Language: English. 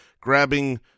grabbing